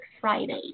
Friday